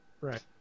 right